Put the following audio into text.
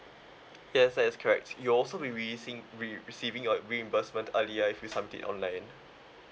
yes that is correct you also will receiving your reimbursement earlier if you submit online